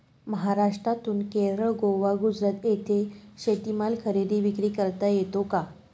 महाराष्ट्रातून केरळ, गोवा, गुजरात येथे शेतीमाल खरेदी विक्री करता येतो का?